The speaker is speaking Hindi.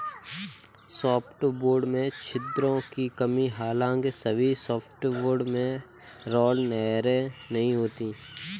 सॉफ्टवुड में छिद्रों की कमी हालांकि सभी सॉफ्टवुड में राल नहरें नहीं होती है